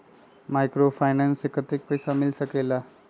Microfinance से कतेक पैसा मिल सकले ला?